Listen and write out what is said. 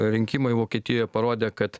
rinkimai vokietijoje parodė kad